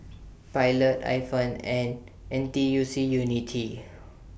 Pilot Ifan and N T U C Unity